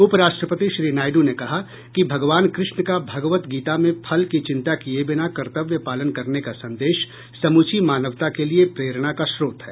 उप राष्ट्रपति श्री नायडू ने कहा कि भगवान कृष्ण का भगवद् गीता में फल की चिंता किये बिना कर्तव्य पालन करने का संदेश समूची मानवता के लिए प्रेरणा का स्रोत है